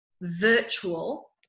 virtual